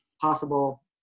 possible